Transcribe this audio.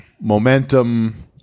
momentum